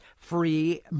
free